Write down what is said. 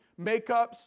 makeups